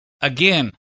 Again